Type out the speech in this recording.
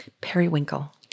periwinkle